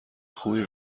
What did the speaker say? خوبی